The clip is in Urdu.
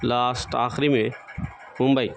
لاسٹ آخری میں ممبئی